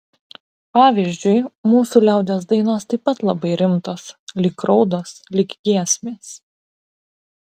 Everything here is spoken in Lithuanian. pavyzdžiui mūsų liaudies dainos taip pat labai rimtos lyg raudos lyg giesmės